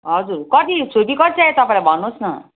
हजुर कति छुर्पी कति चाहियो तपाईँलाई भन्नु होस् न